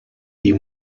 die